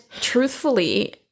truthfully